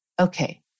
Okay